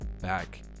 back